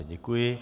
Děkuji.